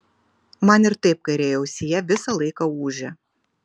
man ir taip kairėje ausyje visą laiką ūžia